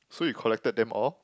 so you collected them all